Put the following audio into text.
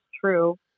true